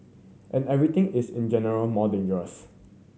and everything is in general more dangerous